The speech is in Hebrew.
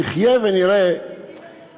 נחיה ונראה, הם גם מתנגדים לביטול תאגידי המים.